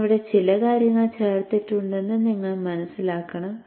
ഞാൻ ഇവിടെ ചില കാര്യങ്ങൾ ചേർത്തിട്ടുണ്ടെന്ന് നിങ്ങൾ മനസ്സിലാക്കണം